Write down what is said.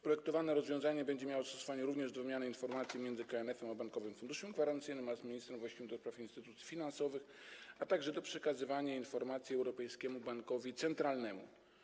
Projektowane rozwiązanie będzie miało zastosowanie również do wymiany informacji między KNF a Bankowym Funduszem Gwarancyjnym oraz ministrem właściwym do spraw instytucji finansowych, a także do przekazywania informacji Europejskiemu Bankowi Centralnemu.